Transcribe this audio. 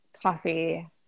Coffee